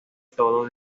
todo